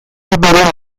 orberen